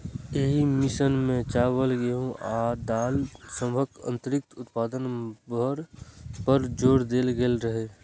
एहि मिशन मे चावल, गेहूं आ दालि सभक अतिरिक्त उत्पादन पर जोर देल गेल रहै